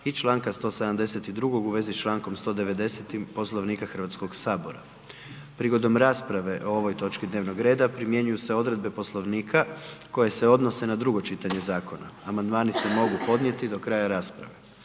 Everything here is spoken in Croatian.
i čl. 172. u vezi s čl. 190. Poslovnika HS-a. Prigodom rasprave o ovoj točki dnevnog reda primjenjuju se odredbe Poslovnika koje se odnose na drugo čitanje zakona. Amandmani se mogu podnijeti do kraja rasprave.